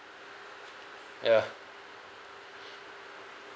ya